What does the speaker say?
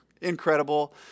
incredible